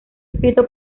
escrito